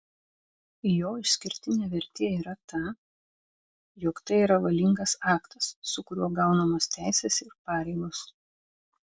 jo išskirtinė vertė yra ta jog tai yra valingas aktas su kuriuo gaunamos teisės ir pareigos